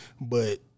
But-